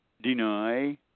deny